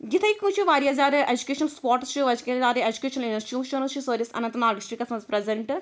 یِتھٔے کٕنۍ چھِ واریاہ زیادٕ ایٚجوکیشنل سپاٹٕس چھِ ایٚجوکیشنل انسچیٛوشَنٕز چھِ سٲنِس اَننت ناگ ڈِسٹِرٛکَس مَنٛز پرٛیٚزَنٹہٕ